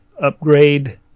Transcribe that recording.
upgrade